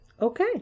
Okay